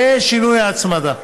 ושינוי ההצמדה.